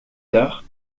tard